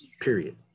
period